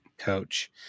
Coach